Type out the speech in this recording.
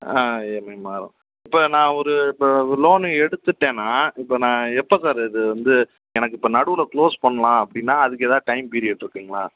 ஆ எப்படியும் மாறும் இப்போ நான் ஒரு இப்போ லோனு எடுத்துவிட்டேன்னா இப்போ நான் எப்போ சார் இது வந்து எனக்கு இப்போ நடுவில் க்ளோஸ் பண்ணலாம் அப்படின்னா அதுக்கு எதாவது டைம் பீரியட்ருக்குங்களா